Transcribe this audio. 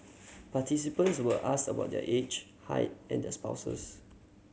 participants were asked about their age height and their spouses